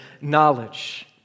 knowledge